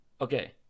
okay